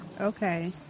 Okay